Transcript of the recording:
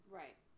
right